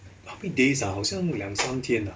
how many days ah 好像两三天 ah